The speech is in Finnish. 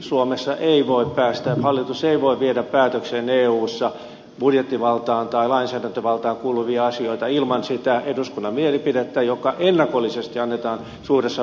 suomessa hallitus ei voi viedä päätökseen eussa budjettivaltaan tai lainsäädäntövaltaan kuuluvia asioita ilman sitä eduskunnan mielipidettä joka ennakollisesti annetaan suuressa valiokunnassa